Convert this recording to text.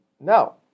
No